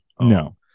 no